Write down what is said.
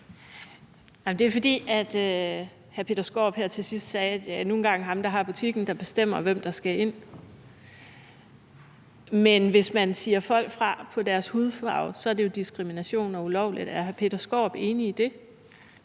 Det er, fordi hr. Peter Skaarup her til sidst sagde, at det nu engang er ham, der har butikken, der bestemmer, hvem der skal ind. Men hvis man sier folk fra på grund af deres hudfarve, er det jo diskrimination og ulovligt. Er hr. Peter Skaarup enig i det?